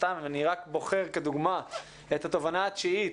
אני רק בוחר כדוגמה את התובנה התשיעית